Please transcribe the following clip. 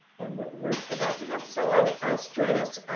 and we're we're about to have someone else join us.